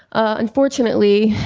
unfortunately,